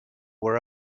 were